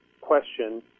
question